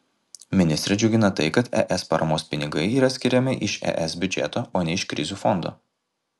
ministrę džiugina tai kad es paramos pinigai yra skiriami iš es biudžeto o ne iš krizių fondo